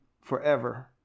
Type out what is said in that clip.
forever